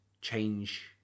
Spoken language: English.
change